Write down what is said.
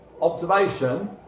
observation